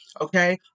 Okay